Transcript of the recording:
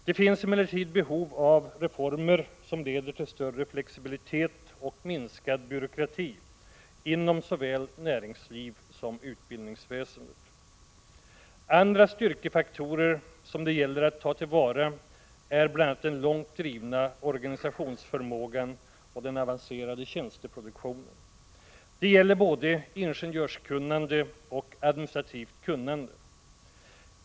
Det finns emellertid behov av reformer som leder till större flexibilitet och minskad byråkrati inom såväl näringslivet som utbildningsväsendet. Andra styrkefaktorer som det gäller att ta till vara är bl.a. den långt drivna organisationsförmågan och den avancerade tjänsteproduktionen. Det gäller både ingenjörskunnande och administrativt kunnande.